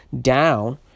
down